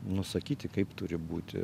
nusakyti kaip turi būti